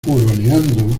huroneando